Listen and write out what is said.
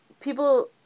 People